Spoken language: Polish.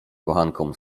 kochankom